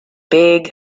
big